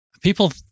people